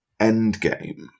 endgame